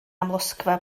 amlosgfa